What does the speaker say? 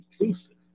inclusive